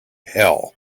hell